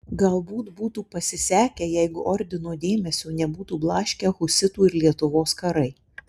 galbūt būtų pasisekę jeigu ordino dėmesio nebūtų blaškę husitų ir lietuvos karai